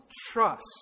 trust